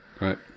Right